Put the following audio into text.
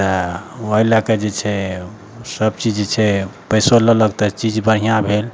तऽ ओइ लए कऽ जे छै सब चीज छै पैसो लेलक तऽ चीज बढ़िआँ भेल